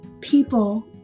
people